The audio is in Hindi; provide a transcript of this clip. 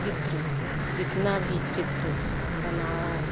चित्र जितना भी चित्र बनाओ